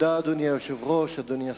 אדוני היושב-ראש, תודה, אדוני השר,